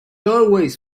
always